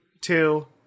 two